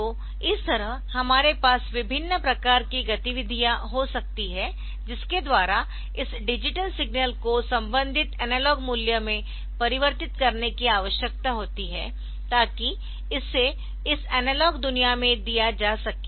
तो इस तरह हमारे पास विभिन्न प्रकार की गतिविधियां हो सकती है जिसके द्वारा इस डिजिटल सिग्नल को संबंधित एनालॉग मूल्य में परिवर्तित करने की आवश्यकता होती है ताकि इसे इस एनालॉग दुनिया में दिया जा सके